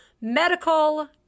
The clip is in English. medical